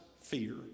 fear